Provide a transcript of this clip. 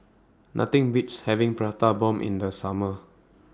Nothing Beats having Prata Bomb in The Summer